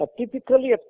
typically